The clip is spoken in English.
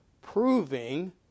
proving